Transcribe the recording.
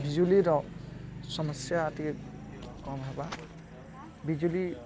ବିଜୁଳିର ସମସ୍ୟା ଅତି କମ ହେବ ବିଜୁଳି